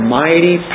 mighty